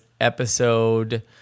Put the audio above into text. episode